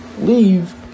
leave